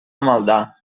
maldà